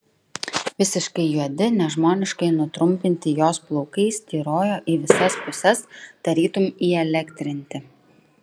visiškai juodi nežmoniškai nutrumpinti jos plaukai styrojo į visas puses tarytum įelektrinti